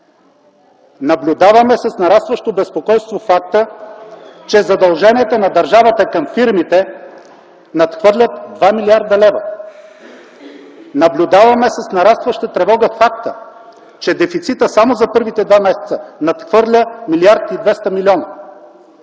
Наблюдаваме с нарастващо безпокойство факта, че задълженията на държавата към фирмите надхвърлят 2 млрд. лв. Наблюдаваме с нарастваща тревога факта, че дефицитът само за първите два месеца надхвърля 1 милиард и 200 милиона.